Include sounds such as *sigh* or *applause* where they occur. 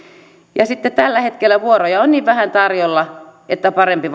ja sitten tällä hetkellä vuoroja on niin vähän tarjolla että parempi *unintelligible*